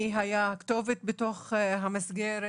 מי היה הכתובת בתוך המסגרת